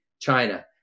China